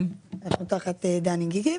אנחנו תחת דני גיגי.